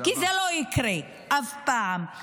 כי זה לא יקרה אף פעם.